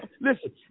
listen